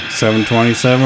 727